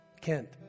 Kent